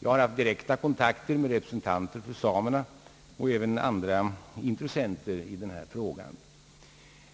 Jag har haft direkta kontakter med representanter för samerna och även andra intressenter i denna fråga.